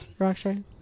Rockstar